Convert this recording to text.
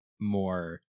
more